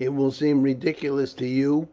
it will seem ridiculous to you